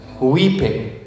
weeping